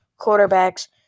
quarterbacks